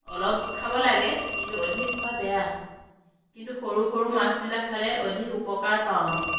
অলপ খাব লাগে কিন্তু অধিক খোৱা বেয়া কিন্তু সৰু সৰু মাছবিলাক খালে অধিক উপকাৰ পাওঁ আমি